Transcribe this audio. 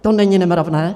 To není nemravné?